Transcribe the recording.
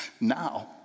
Now